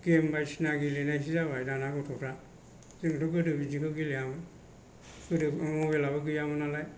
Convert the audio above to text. game बायदिसिना गेलेनायसो जाबाय दाना गथ'फोरा जोंथ' बिदिखौ गोदो गेलेयामोन गोदो मबाइल आबो गैयामोन नालाय